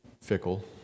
fickle